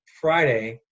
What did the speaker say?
Friday